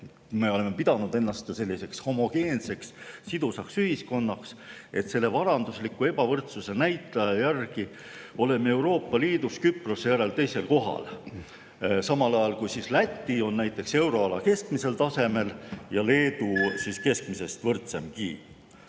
Me oleme pidanud ennast homogeenseks sidusaks ühiskonnaks, aga varandusliku ebavõrdsuse näitaja järgi oleme Euroopa Liidus Küprose järel teisel kohal. Samal ajal on näiteks Läti euroala keskmisel tasemel ja Leedu keskmisest võrdsemgi.